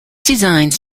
designs